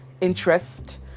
interest